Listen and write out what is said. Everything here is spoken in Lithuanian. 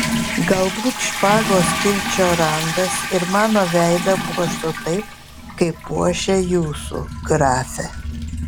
galbūt špagos kirčio randas ir mano veidą puoštų taip kaip puošia jūsų grafe